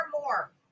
more